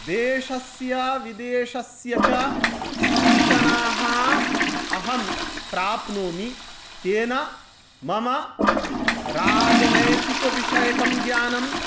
देशस्य विदेशस्य च सूचनाः अहं प्राप्नोमि तेन मम राजनैतिकविषयकं ज्ञानं